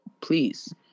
Please